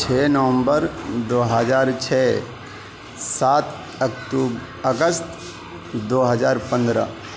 چھ نومبر دو ہزار چھ سات اکتو اگست دو ہزار پندرہ